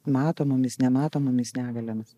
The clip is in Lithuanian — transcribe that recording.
matomomis nematomomis negaliomis